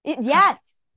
yes